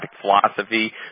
philosophy